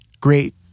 Great